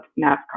NASCAR